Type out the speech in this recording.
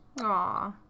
Aw